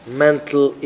mental